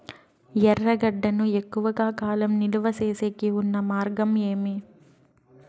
ఎర్రగడ్డ ను ఎక్కువగా కాలం నిలువ సేసేకి ఉన్న మార్గం ఏమి?